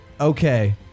okay